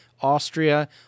Austria